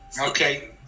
okay